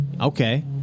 Okay